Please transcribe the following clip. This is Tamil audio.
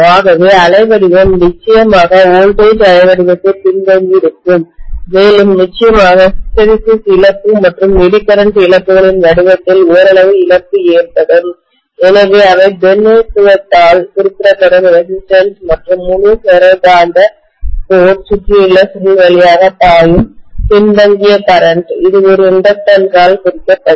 ஆகவே அலைவடிவம் நிச்சயமாக வோல்டேஜ் அலைவடிவத்தை விட பின்தங்கியிருக்கும் மேலும் நிச்சயமாக ஹிஸ்டெரெசிஸ் இழப்பு மற்றும் எடி கரண்ட் இழப்புகளின் வடிவத்தில் ஓரளவு இழப்பு ஏற்படும் எனவே அவை பிரதிநிதித்துவத்தால் குறிப்பிடப்படும் ரெசிஸ்டன்ஸ் மற்றும் முழு ஃபெரோ காந்த கோர் சுற்றியுள்ள சுருள் வழியாக பாயும் பின்தங்கிய கரண்ட் இது ஒரு இண்டக்டன்ஸ் ஆல் குறிக்கப்படும்